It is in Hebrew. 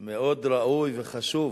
מאוד ראוי וחשוב.